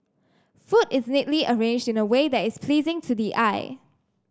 food is neatly arranged in a way that is pleasing to the eye